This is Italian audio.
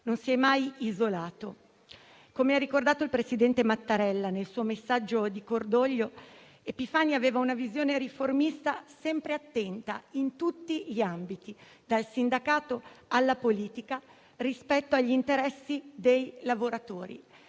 non si è mai isolato. Come ha ricordato il presidente Mattarella nel suo messaggio di cordoglio, Epifani aveva una visione riformista sempre attenta in tutti gli ambiti, dal sindacato alla politica, rispetto agli interessi dei lavoratori.